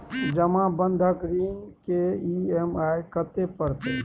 जमा बंधक ऋण के ई.एम.आई कत्ते परतै?